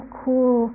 cool